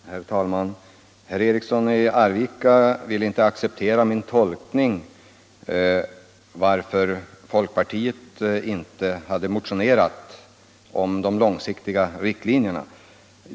Herr talman! Herr Eriksson i Arvika vill inte acceptera min tolkning av varför folkpartiet inte hade motionerat om de långsiktiga riktlinjerna.